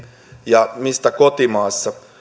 ja mistä kotimaassa